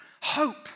hope